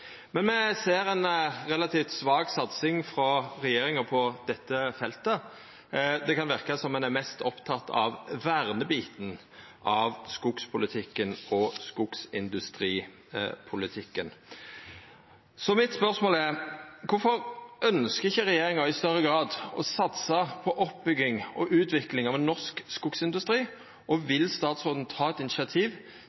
Men me ser ei relativt svak satsing frå regjeringa på dette feltet. Det kan verka som ein er mest oppteken av vernebiten av skogspolitikken og skogindustripolitikken. Så mitt spørsmål er: Kvifor ønskjer ikkje regjeringa i større grad å satsa på oppbygging og utvikling av ein norsk skogindustri, og